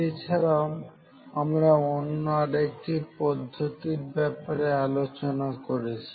এছাড়াও আমরা অন্য আরেকটি পদ্ধতির ব্যাপারে আলোচনা করেছি